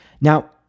Now